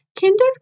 Kinder